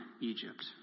Egypt